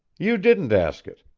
you didn't ask it.